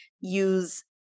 use